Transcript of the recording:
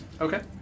Okay